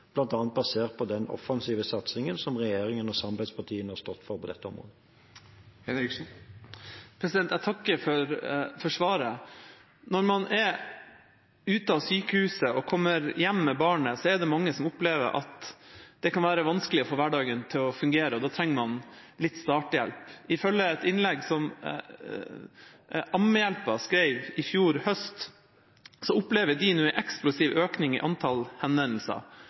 basert på den offensive satsingen som regjeringen og samarbeidspartiene har stått for på dette området. Jeg takker for svaret. Når man er ute av sykehuset og kommer hjem med barnet, opplever mange at det kan være vanskelig å få hverdagen til å fungere, og trenger litt starthjelp. Ifølge et innlegg som Ammehjelpen skrev i fjor høst, opplever de nå en eksplosiv økning i antall henvendelser